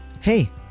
Hey